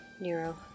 Nero